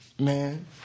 man